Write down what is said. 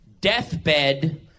Deathbed